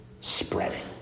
spreading